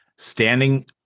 standing